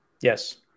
Yes